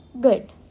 good